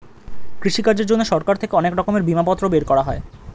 কৃষিকাজের জন্যে সরকার থেকে অনেক রকমের বিমাপত্র বের করা হয়